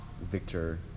Victor